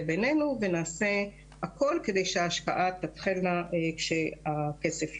בינינו ונעשה הכל כדי שההשקעה תתחיל כשהכסף יוזרם.